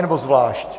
Nebo zvlášť?